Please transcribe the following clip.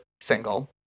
single